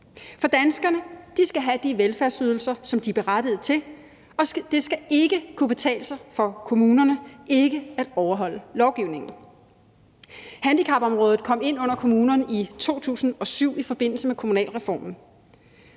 For danskerne skal have de velfærdsydelser, som de er berettiget til, og det skal ikke kunne betale sig for kommunerne ikke at overholde lovgivningen. Handicapområdet kom ind under kommunerne i 2007 i forbindelse med kommunalreformen.